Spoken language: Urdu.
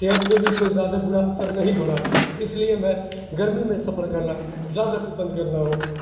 صحت پہ بھی کوئی زیادہ برا اثر نہیں بڑھا اس لیے میں گرمی میں سفر کرنا زیادہ پسند کرنا ہوں